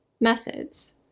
Methods